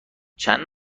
چند